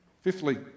Fifthly